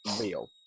real